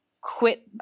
quit